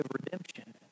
redemption